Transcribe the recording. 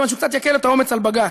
מכיוון שהוא קצת יקל את העומס על בג"ץ.